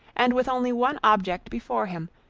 and with only one object before him,